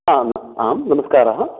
आम् आम् नमस्कारः